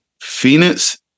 Phoenix